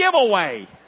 giveaway